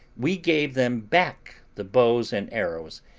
we gave them back the bows and arrows,